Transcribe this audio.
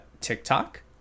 TikTok